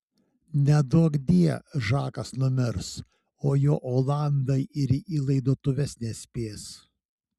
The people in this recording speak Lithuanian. neduokdie žakas numirs o jo olandai ir į laidotuves nespės